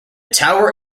tower